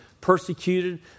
persecuted